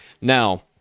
Now-